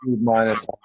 minus